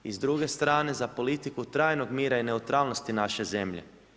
I s druge strane, za politiku trajnog mira i neutralnosti naše zemlje.